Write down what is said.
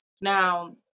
Now